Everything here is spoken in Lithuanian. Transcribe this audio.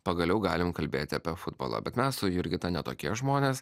pagaliau galime kalbėti apie futbolą bet mes su jurgita ne tokie žmonės